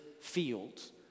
fields